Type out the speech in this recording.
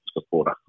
supporter